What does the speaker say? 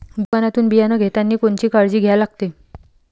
दुकानातून बियानं घेतानी कोनची काळजी घ्या लागते?